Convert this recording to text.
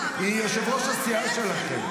היא יושבת-ראש הסיעה שלכם.